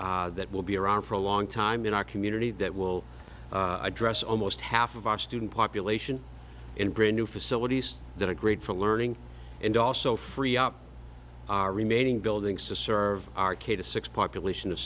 that will be around for a long time in our community that will address almost half of our student population in brand new facilities that are great for learning and also free up our remaining buildings to serve our kids six population of